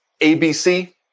ABC